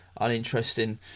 uninteresting